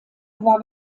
war